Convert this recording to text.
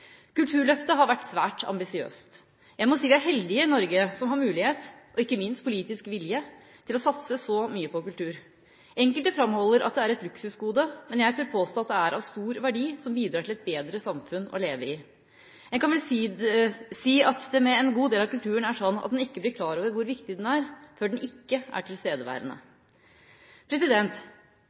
Kulturløftet har vært svært ambisiøst. Jeg må si vi er heldige i Norge som har mulighet – og ikke minst politisk vilje – til å satse så mye på kultur. Enkelte framholder at det er et luksusgode, men jeg tør påstå at det er av stor verdi – som bidrar til et bedre samfunn å leve i. En kan vel si at det med en god del av kulturen er sånn at en ikke blir klar over hvor viktig den er, før den ikke er tilstedeværende.